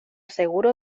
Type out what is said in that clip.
seguro